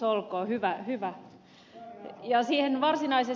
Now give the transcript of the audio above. no niin onneksi olkoon hyvä